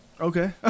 Okay